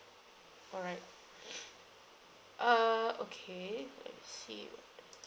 all right uh okay I see